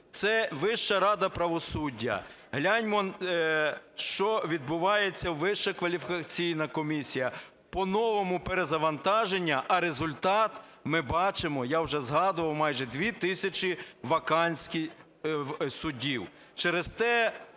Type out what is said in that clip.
Це Вища рада правосуддя. Гляньмо, що відбувається у Вищій кваліфікаційній комісії: по-новому перезавантаження, а результат ми бачимо, я вже згадував, майже дві тисячі вакансій суддів.